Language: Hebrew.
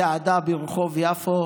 צעדה ברחוב יפו